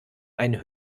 einen